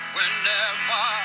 Whenever